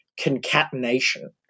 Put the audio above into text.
concatenation